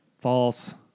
False